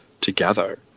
together